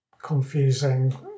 Confusing